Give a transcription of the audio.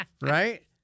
right